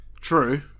true